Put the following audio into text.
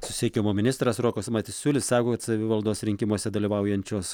susisiekimo ministras rokas masiulis sako kad savivaldos rinkimuose dalyvaujančios